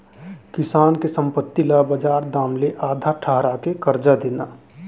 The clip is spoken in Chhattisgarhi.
किसान के संपत्ति ल बजार दाम ले आधा ठहरा के करजा देना